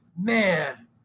man